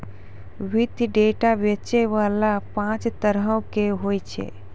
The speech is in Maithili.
वित्तीय डेटा बेचै बाला पांच तरहो के होय छै